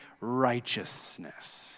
righteousness